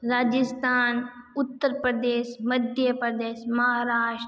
Rajasthan Uttar Pradesh Madhya Pradesh Maharashtra